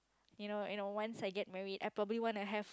you know you know once I get married I probably wanna have